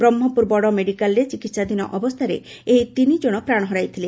ବ୍ରହ୍କପୁର ବଡ଼ ମେଡିକାଲରେ ଚିକିହାଧୀନ ଅବସ୍ଥାରେ ଏହି ତିନି ଜଶ ପ୍ରାଶ ହରାଇଥିଲେ